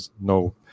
no